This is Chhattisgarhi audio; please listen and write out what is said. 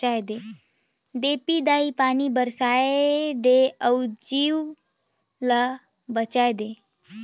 देपी दाई पानी बरसाए दे अउ जीव ल बचाए दे